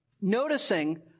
noticing